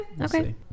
okay